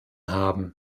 haben